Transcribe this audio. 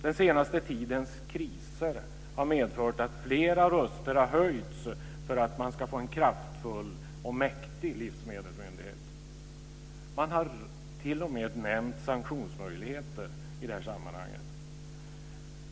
Den senaste tidens kriser har medfört att flera röster har höjts för att man ska få en kraftfull och mäktig livsmedelsmyndighet. Man har t.o.m. nämnt sanktionsmöjligheter i det här sammanhanget.